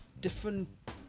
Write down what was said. different